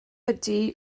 ydy